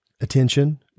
attention